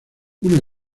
una